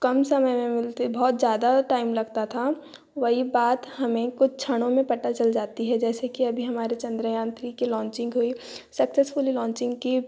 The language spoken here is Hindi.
कम समय में मिलती बहुत ज़्यादा टाइम लगता था वही बात हमें कुछ क्षणों में पता चल जाती है जैसे कि अभी हमारे चंद्रयान तीन के लांचिंग हुई सक्सेसफुल लांचिंग की